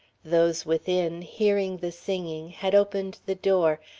those within hearing the singing, had opened the door,